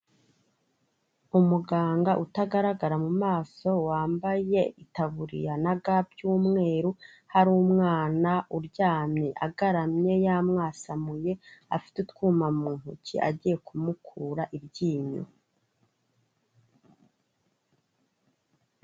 Umuganga utagaragara mu maso, wambaye itaburiya na ga by'umweru, hari umwana uryamye agaramye yamwasamuye, afite utwuma mu ntoki agiye kumukura iryinyo.